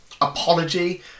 apology